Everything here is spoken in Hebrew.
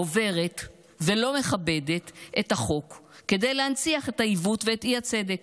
עוברת ולא מכבדת את החוק כדי להנציח את העיוות ואת האי-צדק,